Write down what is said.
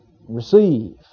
Receive